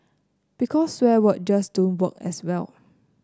because swear word just don't work as well